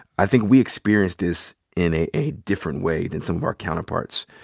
i think we experience this in a a different way than some of our counterparts.